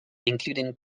including